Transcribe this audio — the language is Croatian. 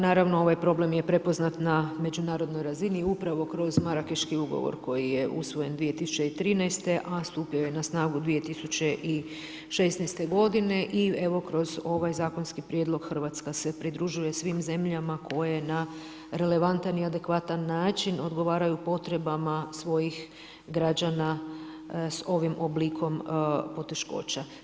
Naravno ovaj problem je prepoznat na međunarodnoj razini upravo kroz marakeški ugovor koji je usvojen 2013. a stupio je na snagu 2016. g. i evo kroz ovaj zakonski prijedlog Hrvatska se pridružuje svim zemljama, koje na relevantan i adekvatan način odgovaraju potrebama svojih građana s ovim oblikom poteškoća.